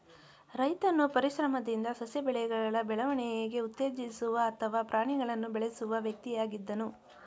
ರೈತನು ಪರಿಶ್ರಮದಿಂದ ಸಸ್ಯ ಬೆಳೆಗಳ ಬೆಳವಣಿಗೆ ಉತ್ತೇಜಿಸುವ ಅಥವಾ ಪ್ರಾಣಿಗಳನ್ನು ಬೆಳೆಸುವ ವ್ಯಕ್ತಿಯಾಗಿದ್ದನು